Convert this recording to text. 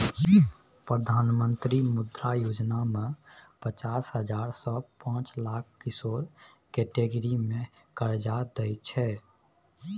प्रधानमंत्री मुद्रा योजना मे पचास हजार सँ पाँच लाख किशोर कैटेगरी मे करजा दैत छै